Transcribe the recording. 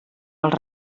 els